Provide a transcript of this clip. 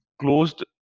closed